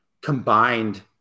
combined